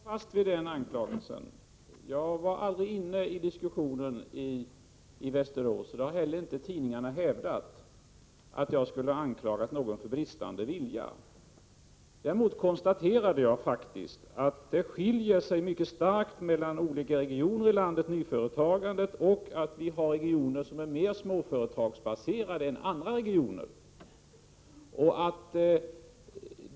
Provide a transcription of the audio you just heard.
Herr talman! Jag står fast vid den anklagelsen. Jag var aldrig inne i diskussionen i Västerås, tidningarna har heller inte hävdat att jag skulle ha anklagat någon för bristande vilja. Däremot konstaterade jag faktiskt att skillnaden mellan olika regioner i landet är mycket stor när det gäller nyföretagandet och att vi har regioner som är mer småföretagsbaserade än andra regioner.